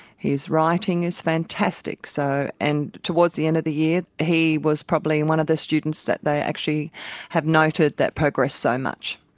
his writing is fantastic, so and towards the end of the year he was probably and one of the students that they actually have noted that progressed so much.